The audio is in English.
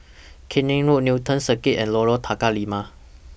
Keene Road Newton Circus and Lorong Tukang Lima